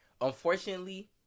Unfortunately